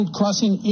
crossing